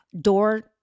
door